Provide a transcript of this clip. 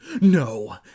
no